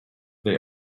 they